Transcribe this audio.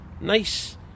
Nice